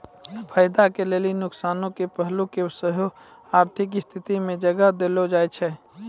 फायदा के लेली नुकसानो के पहलू के सेहो आर्थिक स्थिति मे जगह देलो जाय छै